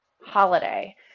holiday